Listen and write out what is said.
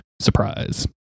surprise